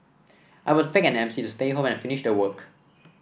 I would fake an M C to stay home and finish the work